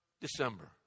December